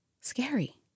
scary